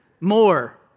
More